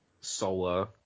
solar